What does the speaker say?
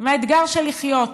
עם האתגר של לחיות.